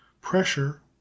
pressure